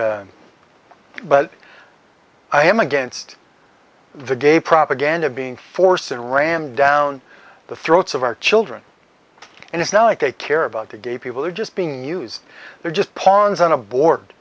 but i am against the gay propaganda being force and ran down the throats of our children and it's not like they care about the gay people are just being used they're just pawns on a board